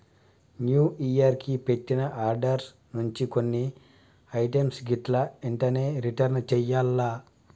new year కి పెట్టిన orders నుంచి కొన్ని ఐటమ్స్ గిట్లా ఎంటనే రిటర్న్ చెయ్యాల్ల